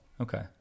okay